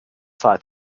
thought